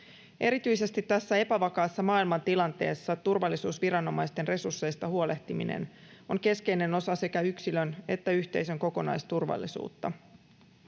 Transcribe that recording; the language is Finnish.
Erityisesti tässä epävakaassa maailmantilanteessa turvallisuusviranomaisten resursseista huolehtiminen on keskeinen osa sekä yksilön että yhteisön kokonaisturvallisuutta.